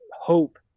hope